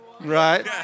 right